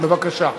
בבקשה.